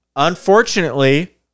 unfortunately